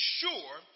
sure